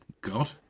God